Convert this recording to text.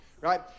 right